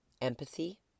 empathy